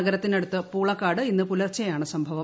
നഗരത്തിനടുത്ത് പൂളക്കാട് ഇന്ന് പുലർച്ചെയാണ് സംഭവം